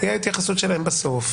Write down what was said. תהיה התייחסות שלהם בסוף,